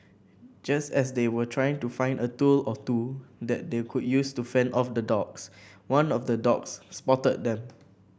just as they were trying to find a tool or two that they could use to fend off the dogs one of the dogs spotted them